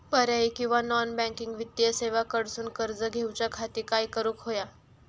पर्यायी किंवा non banking वित्तीय सेवा कडसून कर्ज घेऊच्या खाती काय करुक होया?